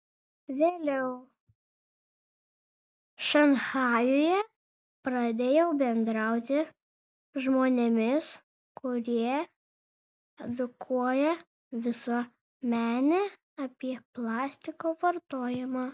vėliau šanchajuje pradėjau bendrauti žmonėmis kurie edukuoja visuomenę apie plastiko vartojimą